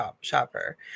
shopper